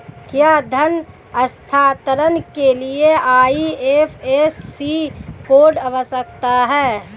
क्या धन हस्तांतरण के लिए आई.एफ.एस.सी कोड आवश्यक है?